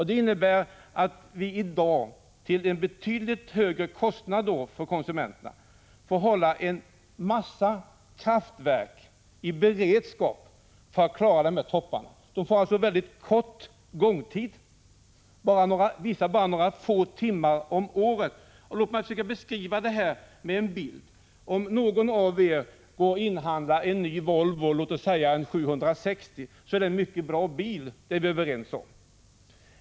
Det innebär att vi för närvarande, till en synnerligen hög kostnad för konsumenterna, håller ett flertal kraftverk i beredskap för att kunna klara topparna. Kraftverken får en mycket kort gångtid. Vissa är i drift bara några få timmar om året. 51 Låt mig försöka beskriva detta med en bild. Någon av er inhandlar en ny Volvo, låt oss säga av modell 760. Vi är överens om att det är en mycket bra bil.